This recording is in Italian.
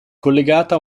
collegata